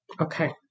Okay